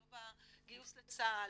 לא בגיוס לצה"ל,